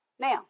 Now